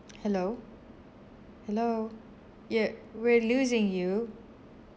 hello hello ya we're losing you